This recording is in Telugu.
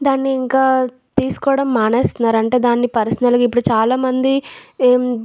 దాన్ని ఇంకా తీసుకోవడం మానేస్తున్నారు అంటే దాన్ని పర్సనల్గా ఇప్పుడు చాలామంది ఏం